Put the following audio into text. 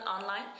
online